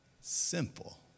Simple